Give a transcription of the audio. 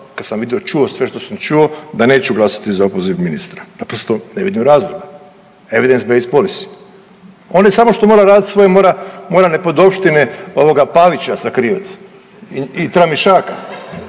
kad sam vidio i čuo sve što sam čuo da neću glasati za opoziv ministra. Naprosto ne vidim razloga. Evidence based policy. On je samo što mora radit svoje mora, mora nepodopštine ovoga Pavića sakrivat i Tramišaka.